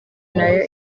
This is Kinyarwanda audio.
nayo